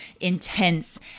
intense